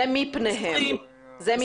זה מפניהם.